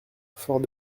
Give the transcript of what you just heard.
fort